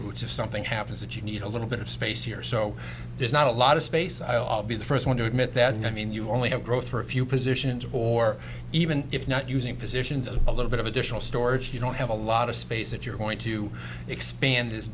routes if something happens and you need a little bit of space here so there's not a lot of space i'll be the first one to admit that i mean you only have growth for a few positions or even if not using positions and a little bit of additional storage you don't have a lot of space that you're going to expand his